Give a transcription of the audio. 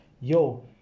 Yo